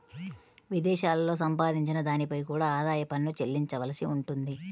విదేశాలలో సంపాదించిన దానిపై కూడా ఆదాయ పన్ను చెల్లించవలసి ఉంటుంది